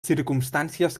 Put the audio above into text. circumstàncies